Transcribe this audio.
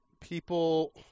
people